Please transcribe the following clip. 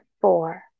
four